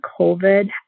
COVID